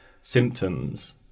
symptoms